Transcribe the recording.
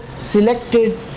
selected